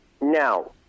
now